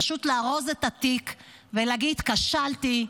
פשוט לארוז את התיק ולהגיד: כשלתי,